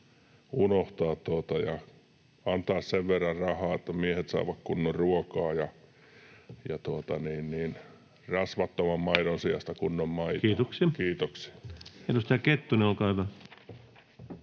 unohtaa ja antaa sen verran rahaa, että miehet saavat kunnon ruokaa ja rasvattoman maidon sijasta kunnon maitoa. — Kiitoksia. Kiitoksia. — Edustaja Kettunen, olkaa hyvä.